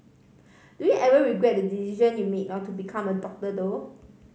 do you ever regret the decision you made not to become a doctor though